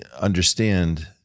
understand